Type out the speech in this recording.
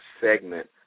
segment